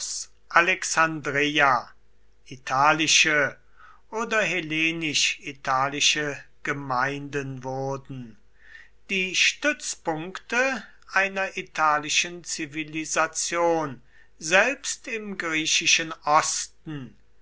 alexandreia italische oder hellenisch italische gemeinden wurden die stützpunkte einer italischen zivilisation selbst im griechischen osten